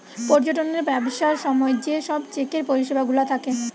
পর্যটনের ব্যবসার সময় যে সব চেকের পরিষেবা গুলা থাকে